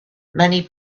many